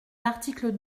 l’article